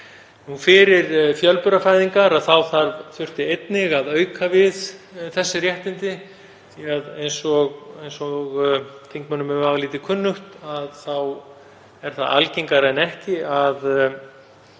Fyrir fjölburafæðingar þurfti einnig að auka við þessi réttindi. Eins og þingmönnum er vafalítið kunnugt þá er það algengara en ekki að